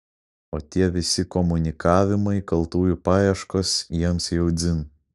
o tie visi komunikavimai kaltųjų paieškos jiems jau dzin